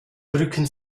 drücken